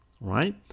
right